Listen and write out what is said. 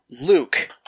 Luke